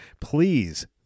please